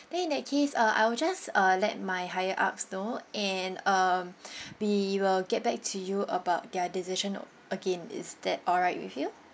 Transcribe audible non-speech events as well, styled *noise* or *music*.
then in that case uh I will just uh let my higher-ups know and um *breath* we will get back to you about their decision oh again is that alright with you